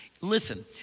Listen